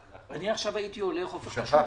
הממשלה, אני הייתי הולך והופך שולחן.